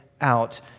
out